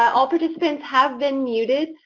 all participants have been muted,